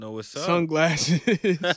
sunglasses